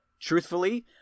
truthfully